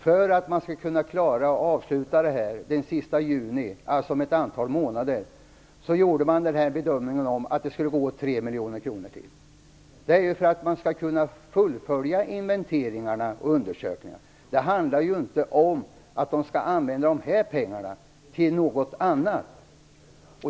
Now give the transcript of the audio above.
För att klara det till den 30 juni, dvs. om ett antal månader, bedömde man att det skulle gå åt 3 miljoner kronor till. Det var ju för att kunna fullfölja inventeringarna och undersökningarna - det handlar inte om att använda pengarna till något annat.